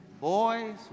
boys